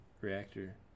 reactor